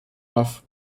off